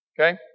Okay